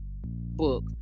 book